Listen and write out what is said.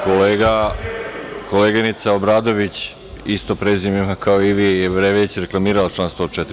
Koleginica Obradović, isto prezime kao i vi, već je reklamirala član 104.